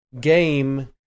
game